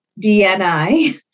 DNI